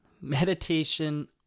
Meditation